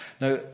Now